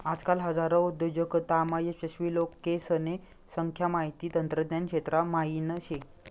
आजकाल हजारो उद्योजकतामा यशस्वी लोकेसने संख्या माहिती तंत्रज्ञान क्षेत्रा म्हाईन शे